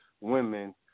Women